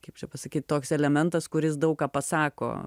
kaip čia pasakyt toks elementas kuris daug ką pasako